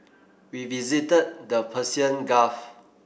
we visited the Persian Gulf